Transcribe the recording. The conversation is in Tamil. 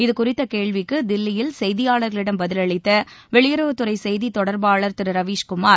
இதுகுறித்த கேள்விக்கு தில்லியில் செய்தியாளர்களிடம் பதிலளித்த வெளியுறவுத்துறை செய்தி தொடர்பாளர் திரு ரவீஷ்குமார்